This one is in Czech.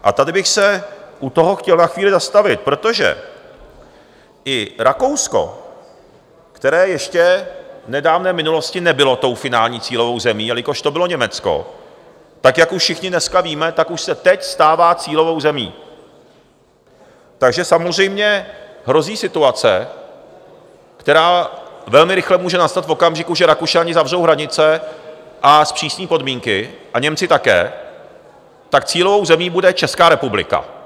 A tady bych se u toho chtěl na chvíli zastavit, protože i Rakousko, které ještě v nedávné minulosti nebylo finální cílovou zemí, jelikož to bylo Německo, tak jak už všichni dneska víme, už se teď stává cílovou zemí, takže samozřejmě hrozí situace, která velmi rychle může nastat, v okamžiku, že Rakušané zavřou hranice a zpřísní podmínky a Němci také, tak cílovou zemí bude Česká republika.